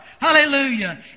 Hallelujah